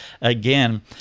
again